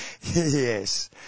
Yes